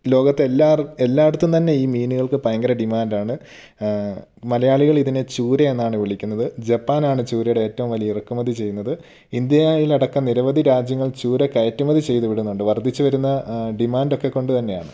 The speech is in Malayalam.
ലോകത്തെല്ലാർ എല്ലായിടത്തും തന്നെ ഈ മീനുകൾക്ക് ഭയങ്കര ഡിമാന്റാണ് മലയാളികൾ ഇതിനെ ചൂര എന്നാണ് വിളിക്കുന്നത് ജപ്പാനാണ് ചൂരയുടെ ഏറ്റവും വലിയ ഇറക്കുമതി ചെയ്യുന്നത് ഇന്ത്യയിലടക്കം നിരവധി രാജ്യങ്ങൾ ചൂര കയറ്റുമതി ചെയ്ത് വിടുന്നുണ്ട് വർധിച്ച് വരുന്ന ഡിമാന്റൊക്കെ കൊണ്ട് തന്നെയാണ്